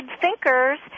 thinkers